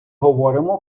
говоримо